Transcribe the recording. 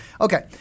Okay